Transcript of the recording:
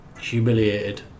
humiliated